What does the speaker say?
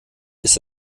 ist